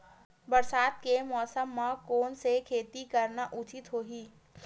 बरसात के मौसम म कोन से खेती करना उचित होही?